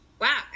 wow